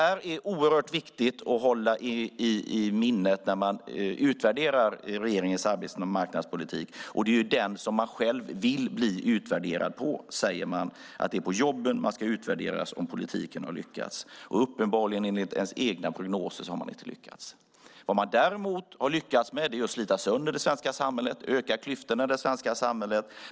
Det är oerhört viktigt att hålla detta i minnet när man utvärderar regeringens arbetsmarknadspolitik, och det är den som man själv vill bli utvärderad på. Man säger att det är på jobben man ska utvärdera om politiken har lyckats, och man har uppenbarligen inte lyckats enligt de egna prognoserna. Vad man däremot har lyckats med är att slita sönder det svenska samhället och öka klyftorna i det svenska samhället.